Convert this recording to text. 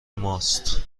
ماست